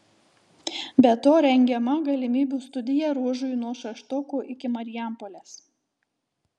be to rengiama galimybių studija ruožui nuo šeštokų iki marijampolės